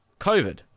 COVID